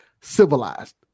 civilized